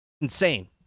Insane